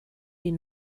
die